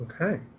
Okay